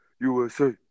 USA